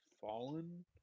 Fallen